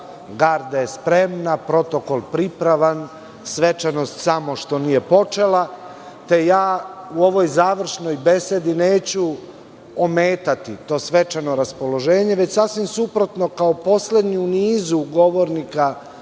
garda je spremna, protokol pripravan, svečanost samo što nije počela, te u ovoj završnoj besedi neću ometati to svečano raspoloženje, već sasvim suprotno, kao poslednji u nizu govornika,